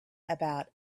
about